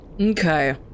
Okay